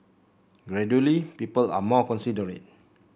gradually people are more considerate